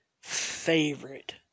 favorite